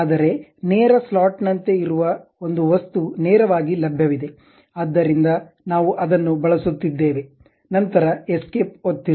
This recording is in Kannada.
ಆದರೆ ನೇರ ಸ್ಲಾಟ್ನಂತೆ ಇರುವ ಒಂದು ವಸ್ತು ನೇರವಾಗಿ ಲಭ್ಯವಿದೆ ಆದ್ದರಿಂದ ನಾವು ಅದನ್ನು ಬಳಸುತ್ತಿದ್ದೇವೆ ನಂತರ ಎಸ್ಕೇಪ್ ಒತ್ತಿರಿ